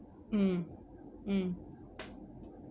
mm mm